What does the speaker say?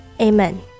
amen